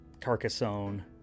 Carcassonne